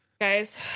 Guys